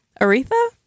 Aretha